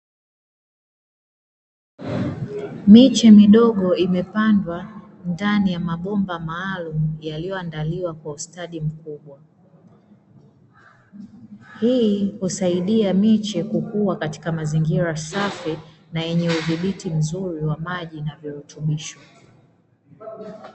Miche midogo imepandwa ndani ya mabomba maalumu, yaliyoandaliwa katika ustadi mkubwa, hii husaidia miche kukua katika mazingira safi na yenye udhibiti mzuri wa maji na virutubisho.